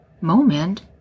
moment